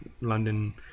London